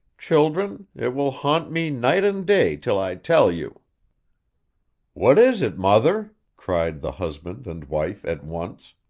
children, it will haunt me night and day till i tell you what is it, mother cried the husband and wife at once.